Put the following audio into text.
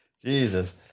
Jesus